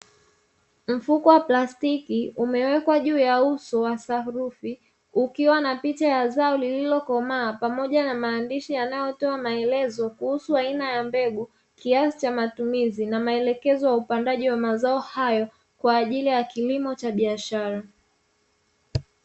Mfuko wa plastiki umewekwa juu ya uso wa sarufi ukiwa na picha ya zao lililokomaa pamoja na maandishi yanayotoa maelezo kuhusu aina ya mbegu, kiasi cha matumizi na maelekezo ya upangaji wa mazao hayo kwa ajili ya kilimo cha biashara.